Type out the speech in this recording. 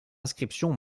inscription